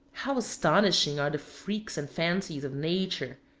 how astonishing are the freaks and fancies of nature!